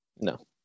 No